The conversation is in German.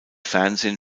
fernsehen